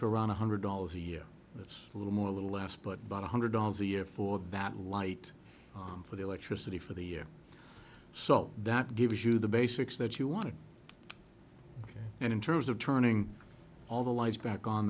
to around one hundred dollars a year that's a little more a little less but but one hundred dollars a year for about light for the electricity for the year so that gives you the basics that you want to and in terms of turning all the lights back on